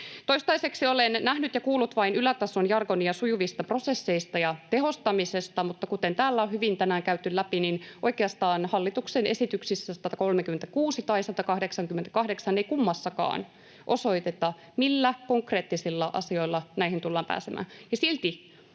Toistaiseksi olen nähnyt ja kuullut vain ylätason jargonia sujuvista prosesseista ja tehostamisesta, mutta kuten täällä on hyvin tänään käyty läpi, oikeastaan hallituksen esityksissä 136 tai 188 ei kummassakaan osoiteta, millä konkreettisilla asioilla näihin tullaan pääsemään, ja silti